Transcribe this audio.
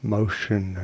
motion